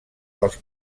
dels